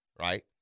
right